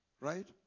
Right